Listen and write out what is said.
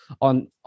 on